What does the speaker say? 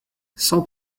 cent